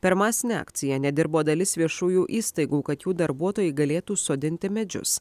per masinę akciją nedirbo dalis viešųjų įstaigų kad jų darbuotojai galėtų sodinti medžius